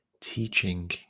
teaching